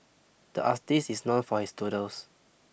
the artist is known for his doodles